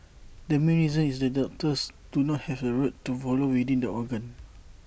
the main reason is that doctors do not have A route to follow within the organ